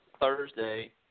Thursday